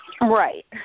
Right